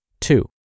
Two